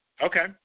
Okay